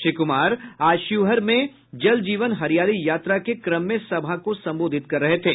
श्री कुमार आज शिवहर में जल जीवन हरियाली यात्रा के क्रम में सभा को संबोधित कर रहे थे